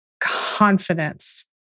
confidence